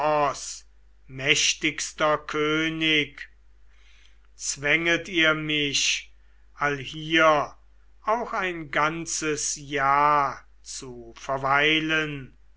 mächtigster könig zwänget ihr mich allhier auch ein ganzes jahr zu verweilen